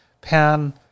pan